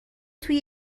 توی